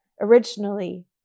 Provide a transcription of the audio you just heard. originally